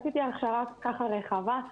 עשיתי הכשרה רחבה.